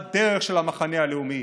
הדרך של המחנה הלאומי.